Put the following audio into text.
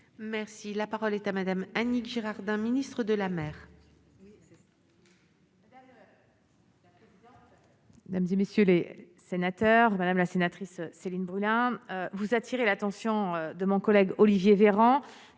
Merci, la parole est à Madame Annick Girardin, ministre de la mer.